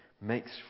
makes